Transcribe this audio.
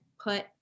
put